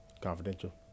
Confidential